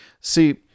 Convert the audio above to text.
See